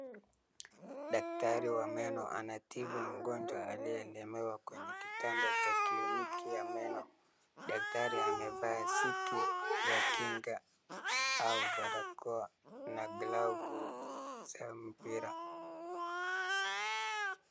Daktari wa meno anatibu mgonjwa aliyelemewa kwenye kitanda ya kiliniki ya meno. Datkari amevaa sikiti ya kinga au barakoa na glavu za mpira.